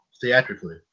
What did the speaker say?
theatrically